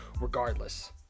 regardless